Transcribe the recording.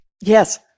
Yes